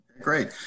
Great